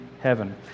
heaven